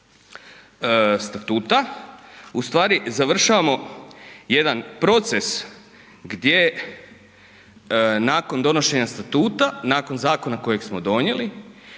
ustvari završavamo jedan proces gdje nakon donošenja statuta, nakon zakona kojeg smo donijeli,